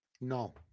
No